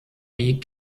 wie